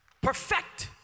Perfect